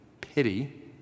pity